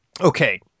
Okay